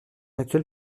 actuel